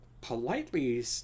politely